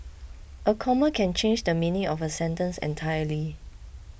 a comma can change the meaning of a sentence entirely